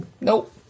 Nope